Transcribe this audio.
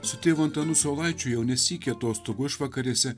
su tėvu antanu saulaičiu jau ne sykį atostogų išvakarėse